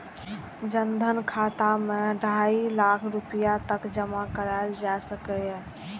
जन धन खाता मे ढाइ लाख रुपैया तक जमा कराएल जा सकैए